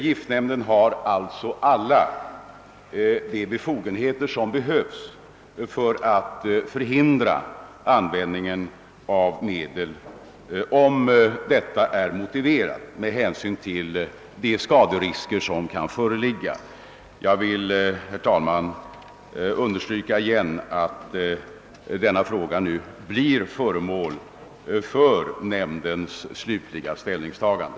Giftnämnden har alla de befogenheter som behövs för att förhindra användningen av olika medel, om detta är motiverat med hänsyn till de skaderisker som kan föreligga. Jag vill än en gång understryka, herr talman, att denna fråga nu blir föremål för nämndens slutliga ställningstagande.